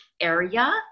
area